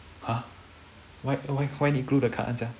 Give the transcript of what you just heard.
!huh! why why why need glue the card [one] sia